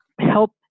help